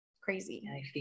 crazy